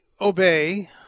obey